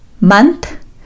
month